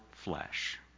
flesh